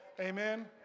Amen